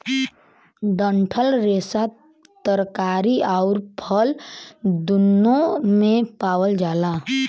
डंठल रेसा तरकारी आउर फल दून्नो में पावल जाला